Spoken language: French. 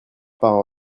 par